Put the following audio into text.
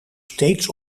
steeds